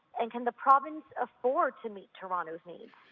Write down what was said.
and can the province afford to meet toronto's needs?